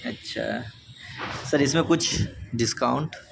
اچھا سر اس میں کچھ ڈسکاؤنٹ